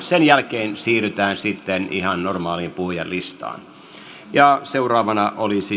sen jälkeen siirrytään sitten ihan normaaliin puhujalistaan